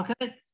Okay